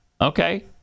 Okay